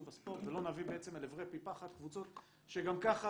הספורט ולא נביא לעברי פי פחת קבוצות שגם ככה,